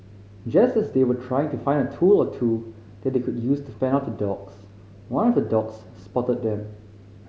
just as they were trying to find a tool or two that they could use to fend off the dogs one of the dogs spotted them